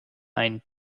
ein